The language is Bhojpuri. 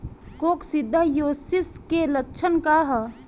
कोक्सीडायोसिस के लक्षण का ह?